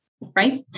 right